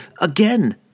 again